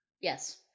Yes